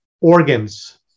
organs